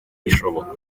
ishoboka